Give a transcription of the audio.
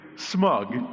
Smug